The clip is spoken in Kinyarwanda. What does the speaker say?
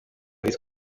this